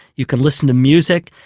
you can listen to music,